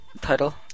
title